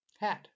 Hat